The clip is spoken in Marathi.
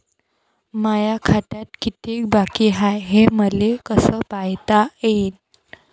माया खात्यात कितीक बाकी हाय, हे मले कस पायता येईन?